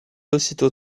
aussitôt